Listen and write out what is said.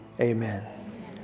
Amen